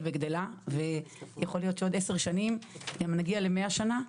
וגדלה ויכול להיות שבעוד עשר שנים נגיע ל-100 שנים,